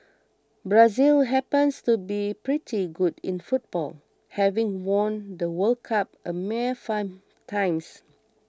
Brazil happens to be pretty good in football having won the World Cup a mere five times